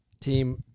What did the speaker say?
team